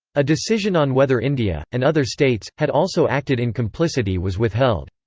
a decision on whether india, and other states, had also acted in complicity was withheld.